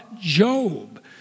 Job